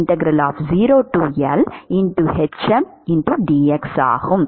இது ஆகும்